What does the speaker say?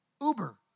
Uber